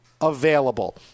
available